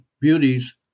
beauties